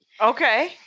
Okay